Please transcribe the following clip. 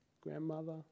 grandmother